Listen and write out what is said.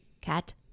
Cat